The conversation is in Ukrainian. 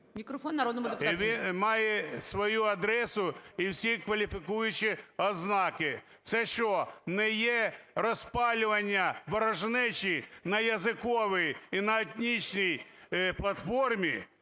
Мікрофон народному депутату.